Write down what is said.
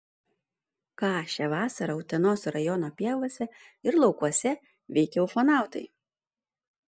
ką šią vasarą utenos rajono pievose ir laukuose veikė ufonautai